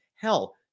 Hell